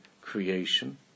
creation